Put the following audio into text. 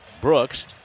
Brooks